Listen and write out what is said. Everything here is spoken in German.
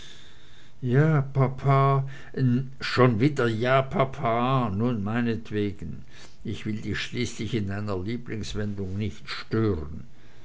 ja papa schon wieder ja papa nun meinetwegen ich will dich schließlich in deiner lieblingswendung nicht stören